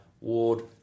Ward